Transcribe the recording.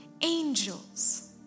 angels